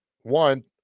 one